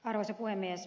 arvoisa puhemies